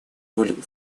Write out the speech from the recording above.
роль